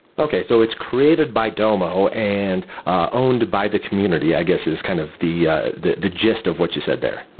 okay. so it's created by domo and ah owned by the community i guess is kind of the ah the gist of what you said there.